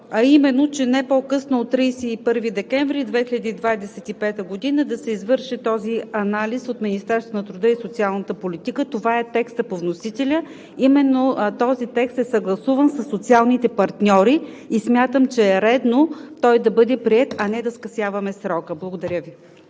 а именно, не по-късно от 31 декември 2025 г. да се извърши този анализ от Министерството на труда и социалната политика. Това е текстът по вносителя, именно този текст е съгласуван със социалните партньори и смятам, че е редно той да бъде приет, а не да скъсяваме срока. Благодаря Ви.